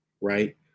right